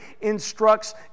instructs